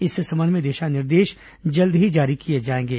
इस संबंध में दिशा निर्देश जल्द ही जारी किए जाएंगे